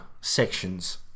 sections